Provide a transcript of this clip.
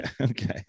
Okay